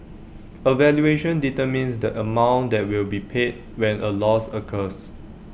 A valuation determines the amount that will be paid when A loss occurs